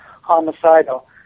homicidal